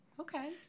Okay